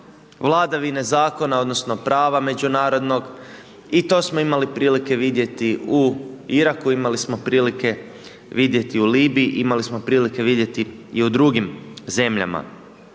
vladavine zakona odnosno pravo međunarodnog. I to smo imali prilike vidjeti u Iraku, imali smo prilike vidjeti u Libiji, imali smo prilike vidjeti i u drugim zemljama.